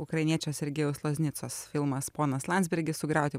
ukrainiečio sergejaus loznicos filmas ponas landsbergis sugriauti